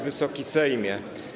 Wysoki Sejmie!